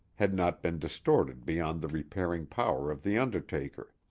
had not been distorted beyond the repairing power of the undertaker.